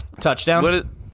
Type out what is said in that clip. Touchdown